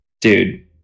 dude